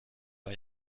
ein